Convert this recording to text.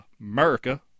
America